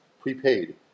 pre-paid